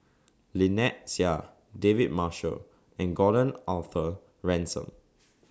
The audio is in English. Lynnette Seah David Marshall and Gordon Arthur Ransome